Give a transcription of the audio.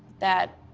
that